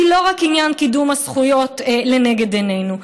כי לא רק עניין קידום הזכויות לנגד עינינו,